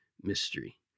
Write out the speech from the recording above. mystery